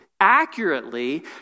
Accurately